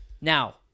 Now